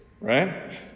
right